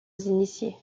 initiés